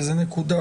וזה נקודה,